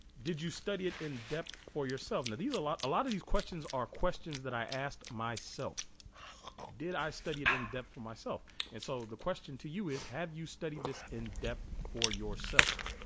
did you study it in depth for yourself now and these a lot a lot of these questions are questions that i asked myself did i study it in depth for myself and so the question to you is have you studied this in depth for yourself